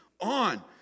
on